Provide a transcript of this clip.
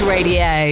Radio